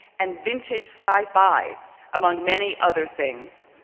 and vintage sci-fi among many other things.